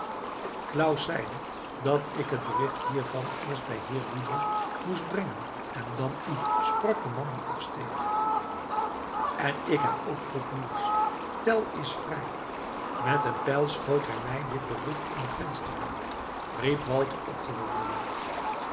claus zeide dat ik het bericht hiervan eerst bij heer rudolf moest brengen en dan u sprak de man die afsteeg en ik heb ook goed nieuws tell is vrij met een pijl schoot hij mij dit bericht in het vensterluik riep walter opgewonden